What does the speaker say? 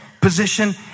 position